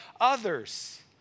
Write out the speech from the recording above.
others